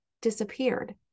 disappeared